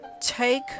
take